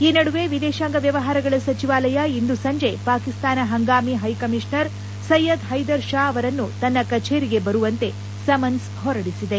ಈ ನಡುವೆ ವಿದೇಶಾಂಗ ವ್ಯವಹಾರಗಳ ಸಚಿವಾಲಯ ಇಂದು ಸಂಜೆ ಪಾಕಿಸ್ತಾನ ಹಂಗಾಮಿ ಹೈಕಮೀಷನರ್ ಸೈಯದ್ ಹೈದರ್ ಪಾ ಅವರನ್ನು ತನ್ನ ಕಚೇರಿಗೆ ಬರುವಂತೆ ಸಮನ್ನ್ ಹೊರಡಿಸಿದೆ